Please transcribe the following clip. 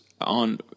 on